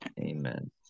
Amen